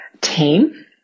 team